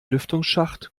lüftungsschacht